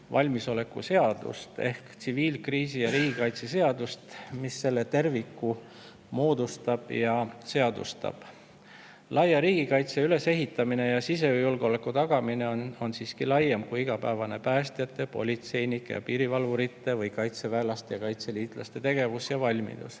valmisoleku seadust ehk tsiviilkriisi‑ ja riigikaitseseadust, mis selle terviku moodustab ja seadustab. Laia riigikaitse ülesehitamine ja sisejulgeoleku tagamine on siiski laiem kui päästjate, politseinike ja piirivalvurite või kaitseväelaste ja kaitseliitlaste igapäevane tegevus ja valmidus.